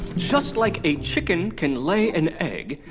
just like a chicken can lay an egg,